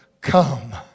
come